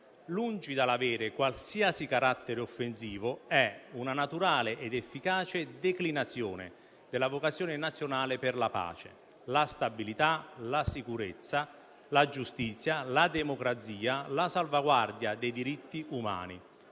lungi dall'avere qualsiasi carattere offensivo, è una naturale ed efficace declinazione della vocazione nazionale per la pace, la stabilità, la sicurezza, la giustizia, la democrazia e la salvaguardia dei diritti umani,